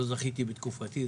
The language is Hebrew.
לא זכיתי בתקופתי.